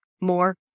more